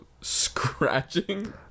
scratching